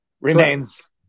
remains